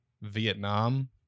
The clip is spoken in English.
Vietnam